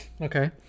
Okay